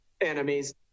enemies